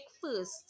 first